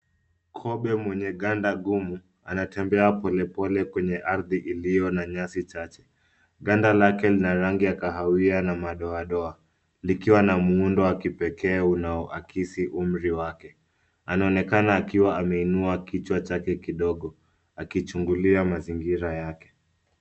Kobe mwenye ganda gumu anatembea polepole kwenye ardhi iliyo na nyasi cache. Ganda lake lina rangi ya kahawia na madoadoa, likiwa na muundo wa kipekee unaoakisi umri wake. Anaonekana akiwa ameinua kichwa chake kidogo akichungulia mazingira yake.